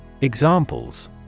Examples